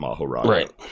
Right